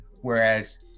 Whereas